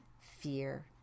fear